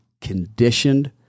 conditioned